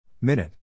Minute